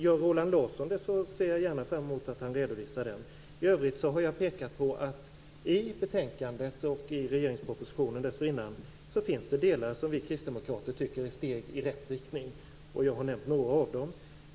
Gör Roland Larsson det ser jag gärna att han redovisar den. I betänkandet och i regeringens proposition finns det delar som vi kristdemokrater tycker är steg i rätt riktning. Jag har nämnt några av dem.